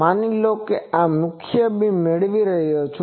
માની લો આ મુખ્ય બીમ હું મેળવી રહ્યો છું